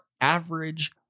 average